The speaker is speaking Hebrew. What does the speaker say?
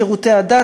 שירותי הדת,